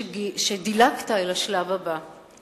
שדילגת אל השלב הבא.